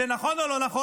זה נכון או לא נכון?